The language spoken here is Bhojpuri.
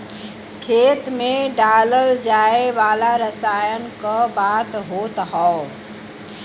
खेत मे डालल जाए वाला रसायन क बात होत हौ